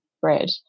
bread